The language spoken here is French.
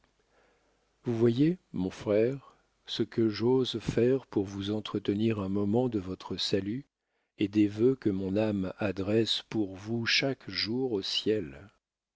vous voyez mon frère ce que j'ose faire pour vous entretenir un moment de votre salut et des vœux que mon âme adresse pour vous chaque jour au ciel